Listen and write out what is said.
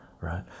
right